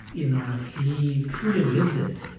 you know, he truly lives it